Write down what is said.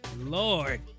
Lord